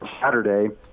Saturday